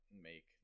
make